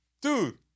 dude